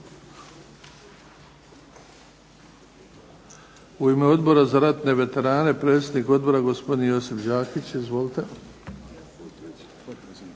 U ime Odbora za ratne veterane, predsjednik odbora gospodin Josip Đakić. Izvolite.